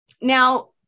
Now